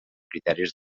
criteris